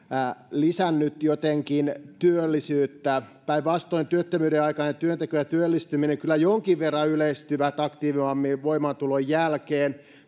lisännyt jotenkin työllisyyttä päinvastoin työttömyyden aikainen työnteko ja työllistyminen kyllä jonkin verran yleistyivät aktiivimallin voimaantulon jälkeen